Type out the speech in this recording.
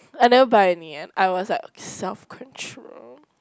I never buy any eh I was like self control